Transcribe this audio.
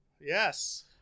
yes